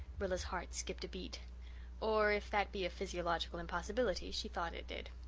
rilla's heart skipped a beat or, if that be a physiological impossibility, she thought it did.